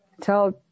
tell